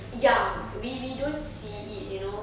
ya we we don't see it you know